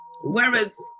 Whereas